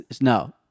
No